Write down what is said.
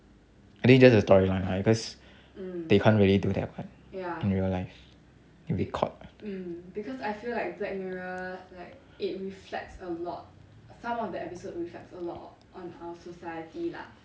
I think just a storyline ah cause they can't really do that what